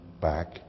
back